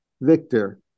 victor